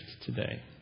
today